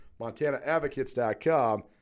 MontanaAdvocates.com